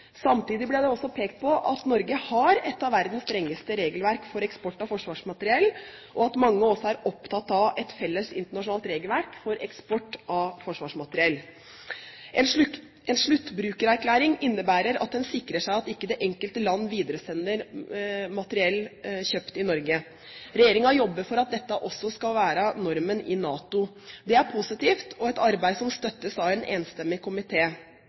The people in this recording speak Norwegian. at Norge har et av verdens strengeste regelverk for eksport av forsvarsmateriell, og at mange også er opptatt av et felles internasjonalt regelverk for eksport av forsvarsmateriell. En sluttbrukererklæring innebærer at man sikrer seg at ikke det enkelte land videreselger materiell kjøpt i Norge. Regjeringen jobber for at dette også blir normen i NATO. Det er positivt og et arbeid som støttes av en enstemmig